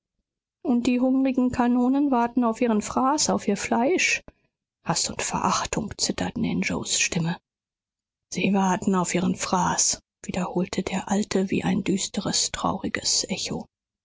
und die hungrigen kanonen warten auf ihren fraß auf ihr fleisch haß und verachtung zitterten in joes stimme sie warten auf ihren fraß wiederholte der alte wie ein düsteres trauriges echo